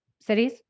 cities